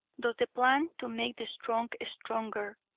thus the plan to make the strong stronger,